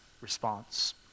response